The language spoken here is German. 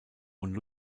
und